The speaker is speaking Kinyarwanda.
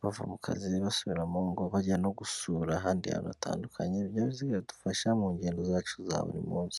bava mu kazi basubira mu ngo ,bajya no gusura ahandi hatandukanye . Ibinyabiziga bidufasha mu ngendo zacu za buri munsi.